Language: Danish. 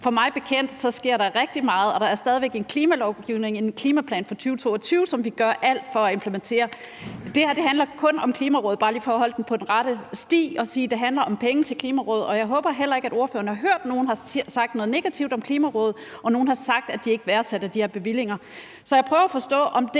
For mig bekendt sker der rigtig meget, og der er stadig væk en klimalovgivning, en klimaplan for 2022, som vi gør alt for at implementere. Det her handler kun om Klimarådet. Det er bare lige for at holde det på den rette sti og sige, at det handler om penge til Klimarådet. Og jeg håber heller ikke, at ordføreren har hørt nogen sige noget negativt om Klimarådet eller nogen sige, at de ikke værdsætter de her bevillinger. Så jeg prøver at forstå, om det,